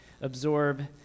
absorb